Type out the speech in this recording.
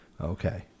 Okay